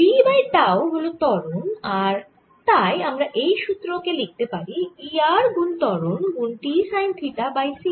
v by tau হল ত্বরণ আর তাই আমরা এই সুত্র কে লিখতে পারি E r গুন ত্বরণ গুন t sine theta by c